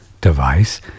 device